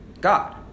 God